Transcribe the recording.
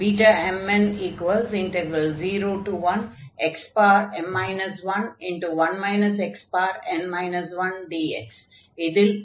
Bmn01xm 11 xn 1dx இதில் m0n0